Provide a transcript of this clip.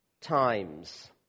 times